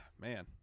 Man